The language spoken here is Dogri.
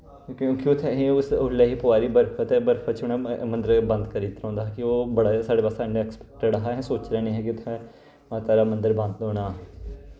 क्योंकि उत्थैं ही उसलै ही पोआ दी बर्फ ते बर्फ च उनैं मंदर बंद करी दित्तरा होंदा हा कि ओह् बड़ा साढ़े वास्ते अनएक्सपेक्टेड हा असैं सोच्चे दा निं हा कि उत्थैं माता दा मंदर बंद होना